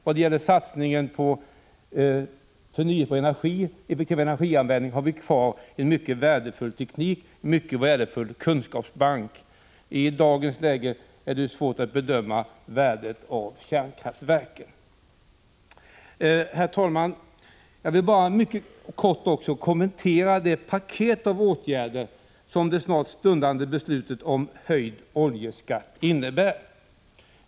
Vad gäller satsningen på förnyelsebar energi och effektivare energianvändning har vi en mycket värdefull teknik och en mycket värdefull kunskapsbank. I dagens läge är det svårt att bedöma värdet av kärnkraftverken. Herr talman! Jag vill helt kort kommentera det paket av åtgärder som det stundande beslutet om höjd oljeskatt innebär.